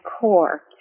core